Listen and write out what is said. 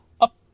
up